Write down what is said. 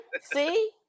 see